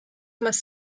must